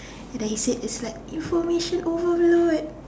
and then he said is like information overload